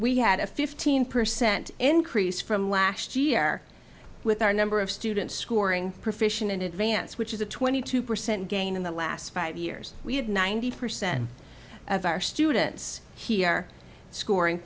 we had a fifteen percent increase from last year with our number of students scoring proficiency in advance which is a twenty two percent gain in the last five years we have ninety percent of our students here scoring